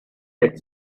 that